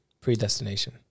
Predestination